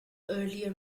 earlier